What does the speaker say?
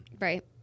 Right